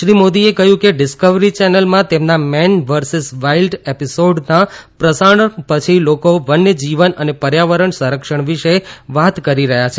શ્રી મોદીએ કહ્યું કે ડિસ્કવરી ચેનલમાં તેમના મેન વર્સિસ વાઇલ્ડ એપિસોડના પ્રસારણ પછી લોકો વન્યજીવન અને પર્યાવરણ સંરક્ષણ વિશે વાત કરી રહ્યા છે